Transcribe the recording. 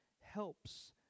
helps